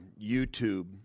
YouTube